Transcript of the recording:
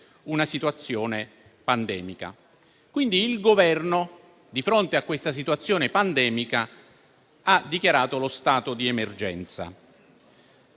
una situazione pandemica. Il Governo, di fronte a questa situazione pandemica, ha dichiarato lo stato d'emergenza.